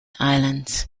islands